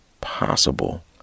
possible